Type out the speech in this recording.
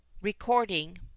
Recording